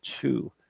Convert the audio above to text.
two